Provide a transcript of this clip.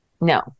no